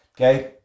okay